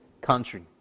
country